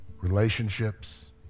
relationships